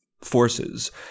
forces